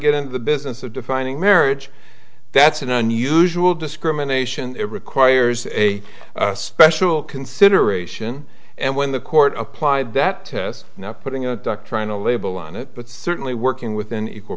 get into the business of defining marriage that's an unusual discrimination that requires a special consideration and when the court applied that test not putting a duck trying to label on it but certainly working with an equal